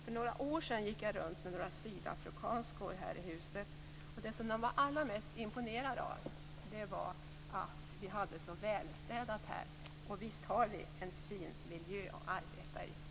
För några år sedan gick jag runt med några sydafrikanskor här i huset, och det som de var allra mest imponerade av var att vi hade det så välstädat här. Och visst har vi en fin miljö att arbeta i!